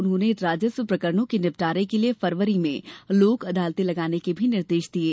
उन्होंने राज्सव प्रकरणों के निपटारे के लिए फरवरी में लोक अदालते लगाने के निर्देश भी दिये